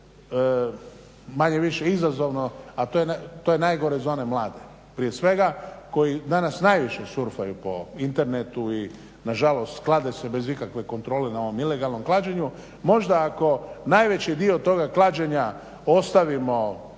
manje-više izazovno a to je nagore za one mlade prije svega koji danas najviše surfaju po internetu i nažalost klade se bez ikakve kontrole na ovom ilegalnom klađenju. Možda ako najveći dio toga klađenja ostavimo